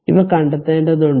ഇവ കണ്ടെത്തേണ്ടതുണ്ട്